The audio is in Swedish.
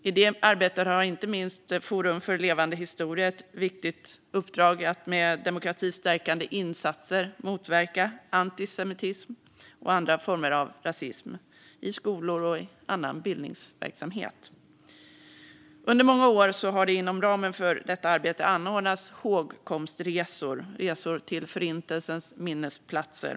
I det arbetet har inte minst Forum för levande historia ett viktigt uppdrag att med demokratistärkande insatser motverka antisemitism och andra former av rasism i skolor och i annan bildningsverksamhet. Under många år har det inom ramen för detta arbete anordnats hågkomstresor, resor till Förintelsens minnesplatser.